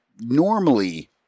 normally